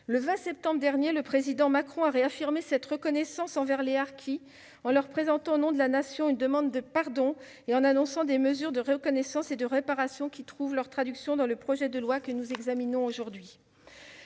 Le 20 septembre dernier, le Président Macron a réaffirmé cette reconnaissance envers les harkis, en leur présentant, au nom de la Nation, une demande de pardon et en annonçant des mesures de reconnaissance et de réparation qui trouvent leur traduction dans le projet de loi que nous examinons aujourd'hui.